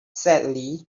sadly